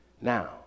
Now